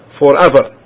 forever